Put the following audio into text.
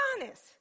honest